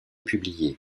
publié